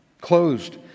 closed